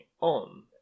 on